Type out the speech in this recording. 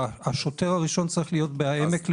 והשוטר הראשון צריך להיות בבית חולים העמק,